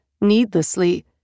needlessly